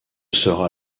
sera